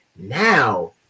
Now